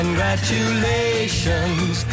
Congratulations